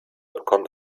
bekommt